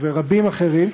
ורבים אחרים,